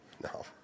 No